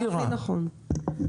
מירה, בבקשה.